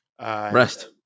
rest